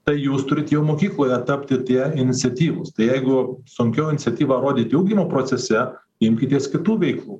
tai jūs turit jau mokykloje tapti tie iniciatyvūs tai jeigu sunkiau iniciatyvą rodyti ugdymo procese imkitės kitų veiklų